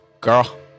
girl